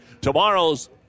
Tomorrow's